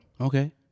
Okay